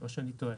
או שאני טועה.